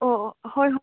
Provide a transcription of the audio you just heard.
ꯑꯣ ꯑꯣ ꯍꯣꯏ ꯍꯣꯏ